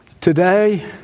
today